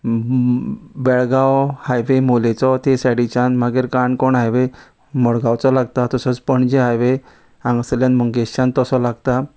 Belgaum highway मोलेचो ती सायडीच्यान मागीर काणकोण हायवे मडगांवचो लागता तसोच पणजे हायवे हांगासल्यान मंगेशान तसो लागता